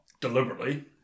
deliberately